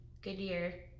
Goodyear